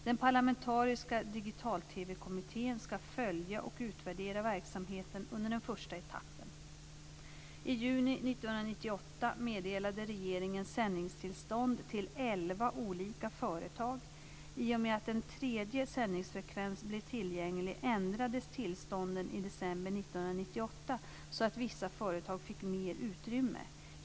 Den parlamentariska digital-TV-kommittén ska följa och utvärdera verksamheten under den första etappen. I juni 1998 meddelade regeringen sändningstillstånd till elva olika företag. I och med att en tredje sändningsfrekvens blev tillgänglig ändrades tillstånden i december 1998 så att vissa företag fick mer utrymme.